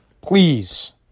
Please